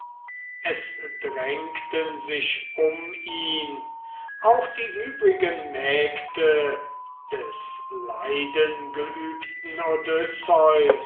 es drängten sich um ihn auch die übrigen mägde des leidengeübten